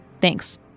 Thanks